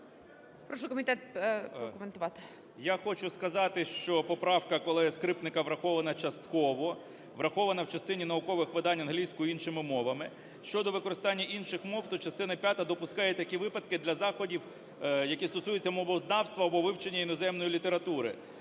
Я хочу сказати, що поправка колеги Скрипника врахована частково, врахована в частині наукових видань англійською і іншими мовами. Щодо використання інших мов, то частина п'ята допускає такі випадки для заходів, які стосуються мовознавства або вивчення іноземної літератури.